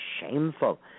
shameful